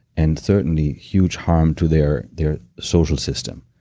and certainly huge harm to their their social system,